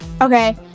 Okay